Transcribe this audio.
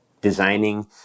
designing